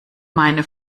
meine